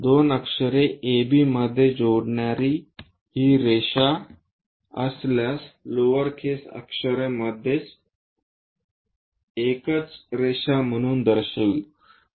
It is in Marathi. दोन अक्षरे ab मध्ये जोडणारी ही रेषा असल्यास लोअर केस अक्षरे मध्ये एक रेषा म्हणून दर्शवू